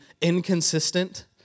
inconsistent